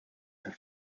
have